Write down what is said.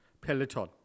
peloton